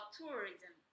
tourism